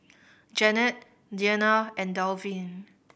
Janette Deana and Dalvin